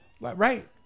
right